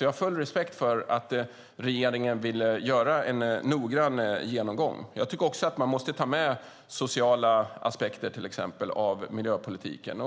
Jag har full respekt för att regeringen vill göra en noggrann genomgång. Jag tycker också att man måste ta med sociala aspekter av miljöpolitiken.